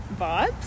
vibes